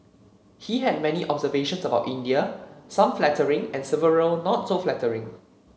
he had many observations about India some flattering and several not so flattering